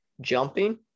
jumping